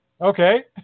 Okay